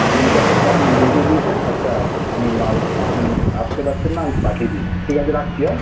বিল যা হয়েছে আপনি মিটিয়ে দিয়েছেন আচ্ছা আমি মাল আপনি আসতে পারছেন না আমি পাঠিয়ে দিচ্ছি ঠিক আছে রাখছি হ্যাঁ